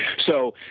so,